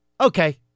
Okay